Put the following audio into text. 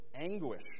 anguish